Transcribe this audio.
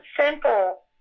simple